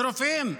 לרופאים,